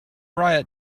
riot